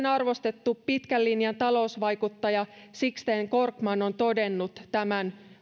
arvostettu pitkän linjan talousvaikuttaja sixten korkman on todennut tämän